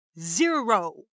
Zero